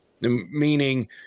meaning